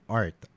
art